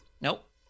Nope